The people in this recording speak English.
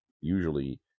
Usually